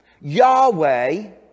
Yahweh